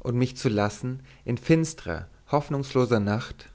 und mich zu lassen in finstrer hoffnungsloser nacht